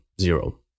zero